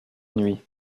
nuit